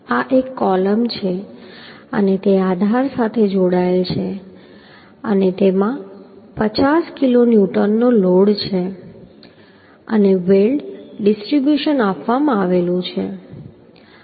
તો આ એક કોલમ છે અને તે આધાર સાથે જોડાયેલ છે અને તેમાં 50 કિલો ન્યૂટનનો લોડ છે અને વેલ્ડ ડિસ્ટ્રિબ્યુશન આપવામાં આવ્યું છે